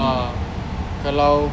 ah kalau